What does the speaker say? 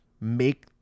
make